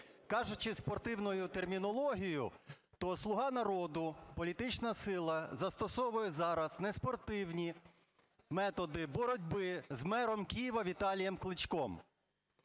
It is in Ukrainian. Кажучи спортивною термінологією, то "Слуга народу", політична сила, застосовує зараз неспортивні методи боротьби з мером Києва Віталієм Кличком,